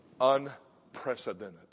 Unprecedented